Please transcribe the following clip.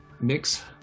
mix